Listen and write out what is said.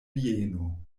vieno